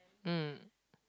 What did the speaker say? mm